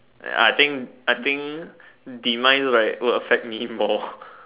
eh I think I think demise like will affect me more